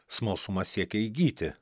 smalsumą siekia įgyti